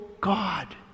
God